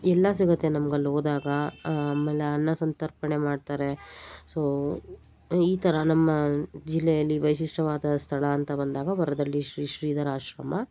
ಎಲ್ಲ ಸಿಗುತ್ತೆ ನಮ್ಗೆ ಅಲ್ಲಿ ಹೋದಾಗ ಆಮೇಲೆ ಅನ್ನ ಸಂತರ್ಪಣೆ ಮಾಡ್ತಾರೆ ಸೊ ಈ ಈ ಥರ ನಮ್ಮ ಜಿಲ್ಲೆಯಲ್ಲಿ ವೈಶಿಷ್ಟ್ಯವಾದ ಸ್ಥಳ ಅಂತ ಬಂದಾಗ ವರದಳ್ಳಿ ಶ್ರೀ ಶ್ರೀಧರಾಶ್ರಮ